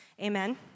Amen